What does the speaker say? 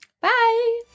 Bye